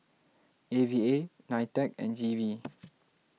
A V A Nitec and G V